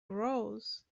rose